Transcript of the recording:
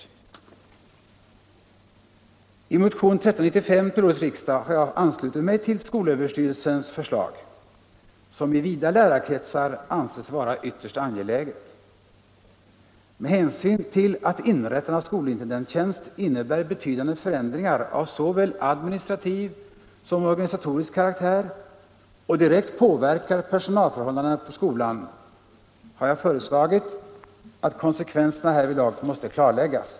I motionen 1395 till årets riksdag har jag anslutit mig till skolöverstyrelsens förslag, som i vida lärarkretsar anses vara ytterst angeläget. Med hänsyn till att inrättandet av skolintendenttjänst innebär betydande förändringar av såväl administrativ som organisatorisk karaktär och direkt påverkar personalförhållandena på skolan har jag föreslagit att konsekvenserna härvidlag måste klarläggas.